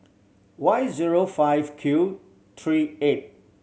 Y zero five Q three eight